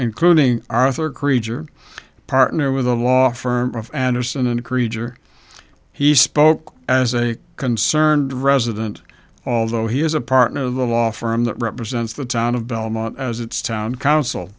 including arthur krieger partner with a law firm of anderson and creature he spoke as a concerned resident although he is a partner of the law firm that represents the town of belmont as its town council